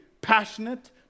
passionate